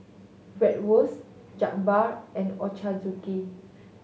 Bratwurst Jokbal and Ochazuke